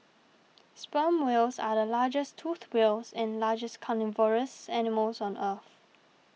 sperm whales are the largest toothed whales and largest carnivorous animals on earth